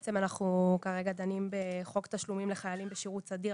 בעצם אנחנו כרגע דנים בחוק תשלומים לחיילים בשירות סדיר,